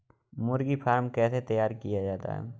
मुर्गी फार्म कैसे तैयार किया जाता है?